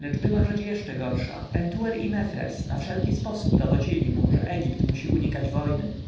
lecz była rzecz jeszcze gorsza pentuer i mefres na wszelki sposób dowodzili mu że egipt musi unikać wojny